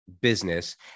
business